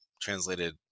translated